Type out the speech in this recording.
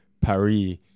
Paris